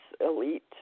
elite